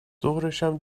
ظهرشم